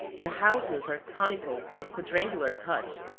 their houses are conical or quadrangular huts,